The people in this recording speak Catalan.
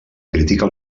crítica